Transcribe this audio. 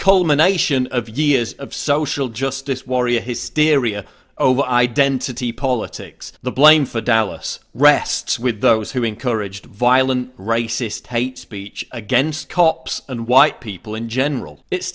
culmination of years of social justice warrior hysteria over identity politics the blame for dallas rests with those who encouraged violent racist hate speech against cops and white people in general it's